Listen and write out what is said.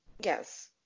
Yes